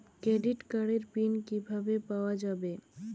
Credit কার্ডের pin কিভাবে পাওয়া যাবে?